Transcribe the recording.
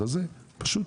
פשוט